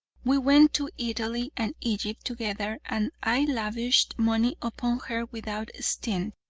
we went to italy and egypt together and i lavished money upon her without stint.